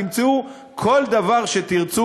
תמצאו כל דבר שתרצו,